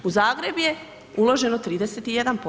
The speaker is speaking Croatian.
U Zagreb je uloženo 31%